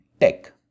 tech